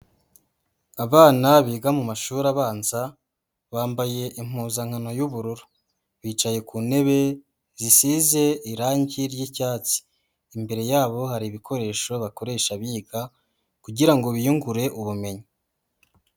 Abana biga mu mashuri abanza bambaye impuzankano y'ubururu bicaye ku ntebe zisize irange ry'icyatsi, imbere yabo hari ibikoresho bakoresha biga kugira ngo biyungure ubumenyi.